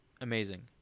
amazing